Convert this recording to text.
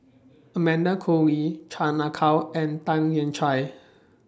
Amanda Koe Lee Chan Ah Kow and Tan Lian Chye